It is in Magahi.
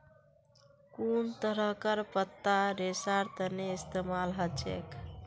कुन तरहकार पत्ता रेशार तने इस्तेमाल हछेक